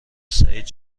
سعید